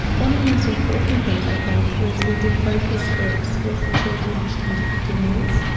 one of the most important things i think was we did focus groups with children aged ten to fifteen years,